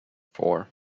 four